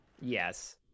Yes